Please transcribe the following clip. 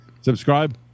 subscribe